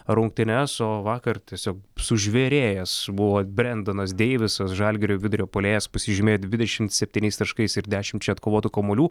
rungtynes o vakar tiesiog sužvėrėjęs buvo brendonas deivisas žalgirio vidurio puolėjas pasižymėjo dvidešimt septyniais taškais ir dešimčia atkovotų kamuolių